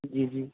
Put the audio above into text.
جی جی